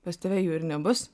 pas tave jų ir nebus